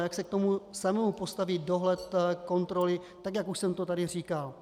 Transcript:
Jak se k tomu samému postaví dohled, kontroly, tak jak už jsem to tady říkal?